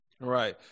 Right